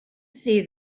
see